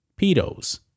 pedos